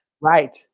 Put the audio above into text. Right